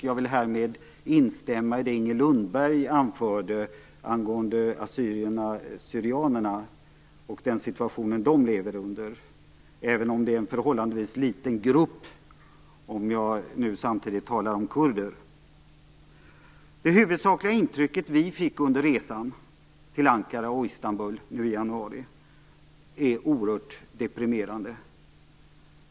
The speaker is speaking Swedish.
Jag vill här instämma i det Inger Lundberg anförde angående assyrierna/syrianerna och den situation de lever under, även om det är förhållandevis liten grupp, om jag nu samtidigt talar om kurder. Det huvudsakliga intrycket vi fick under resan till Ankara och Istanbul nu i januari är oerhört deprimerande.